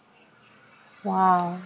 !wow!